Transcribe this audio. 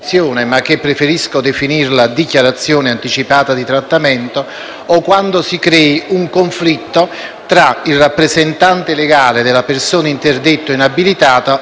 o quando si creerà un conflitto tra il rappresentante legale della persona interdetta o inabilitata (o l'amministratore di sostegno) e il medico.